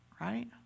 Right